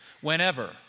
Whenever